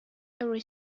every